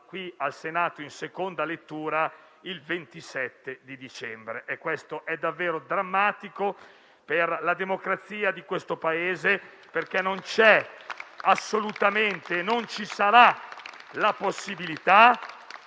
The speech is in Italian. qui al Senato in seconda lettura il 27 dicembre. Questo è davvero drammatico per la democrazia del nostro Paese, perché non ci sarà assolutamente la possibilità